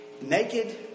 naked